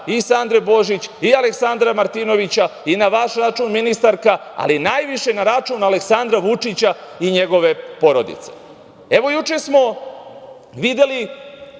i Sandre Božić i Aleksandra Martinovića i na vaš račun, ministarka, ali najviše na račun Aleksandra Vučića i njegove porodice. Evo, juče smo videli